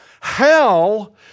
Hell